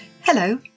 Hello